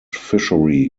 fishery